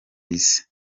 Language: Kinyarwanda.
isi